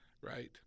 right